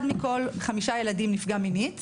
אחד מכל חמישה ילדים נפגע מינית,